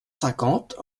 cinquante